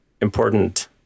important